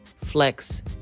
flex